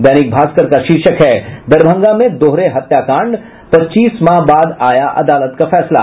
दैनिक भास्कर का शीर्षक है दरभंगा में दोहरे हत्याकांड पच्चीस माह बाद आया अदालत का फैसला